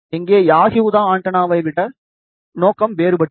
இங்கே யாகி உதா ஆண்டெனாவை விட நோக்கம் வேறுபட்டது